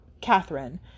Catherine